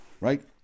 Right